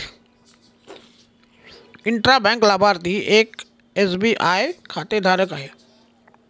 intra bank लाभार्थी एक SBI खातेधारक आहे